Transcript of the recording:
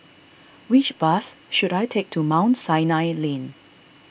which bus should I take to Mount Sinai Lane